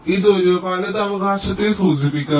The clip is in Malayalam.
ഇത് ഒരു വലത് അവകാശത്തെ സൂചിപ്പിക്കുന്നു